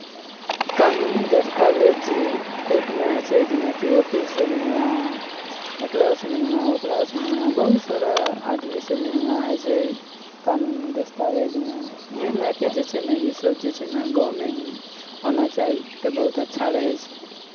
कानूनी दस्तावेज कोर्टमे होइ छै जेनाकि वकीलसँ मिलना एकरासँ मिलना ओकरासँ मिलना बहुत सारा आदमीसँ मिलना होइ छै कानूनी दस्तावेजमे इएह लए कऽ जे छै ने इसभ जे छै ने गाँवमे ही होना चाही तऽ बहुत अच्छा रहै छै